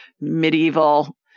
medieval